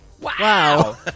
Wow